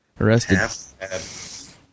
arrested